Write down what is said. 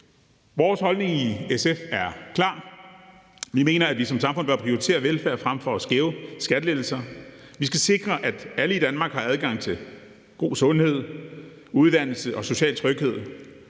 Vores holdning i SF er klar: Vi mener, at vi som samfund bør prioritere velfærd frem for skæve skattelettelser. Vi skal sikre, at alle i Danmark har adgang til god sundhed, uddannelse og social tryghed,